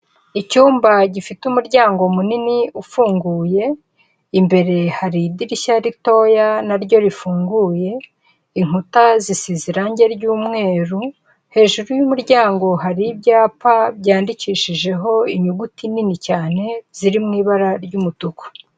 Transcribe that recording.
Icyumba gifite umuryango munini ufunguye, imbere hari idirishya ritoya na ryo rifunguye, inkuta zisize irange ry'umweru, hejuru y'umuryango hari ibyapa byandikishijeho inyuguti nini cyane ziri mu ibara ry'umutuku.